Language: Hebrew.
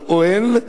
לאוהל,